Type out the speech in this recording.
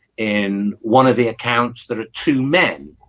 in one of the accounts that are two men